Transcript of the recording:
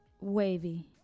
Wavy